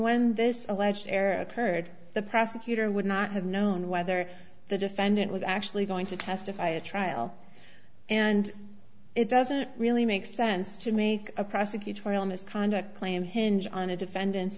when this alleged error heard the prosecutor would not have known whether the defendant was actually going to testify at a trial and it doesn't really make sense to make a prosecutorial misconduct claim hinge on a defendant